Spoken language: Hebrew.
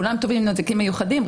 כולם תובעים נזקים מיוחדים,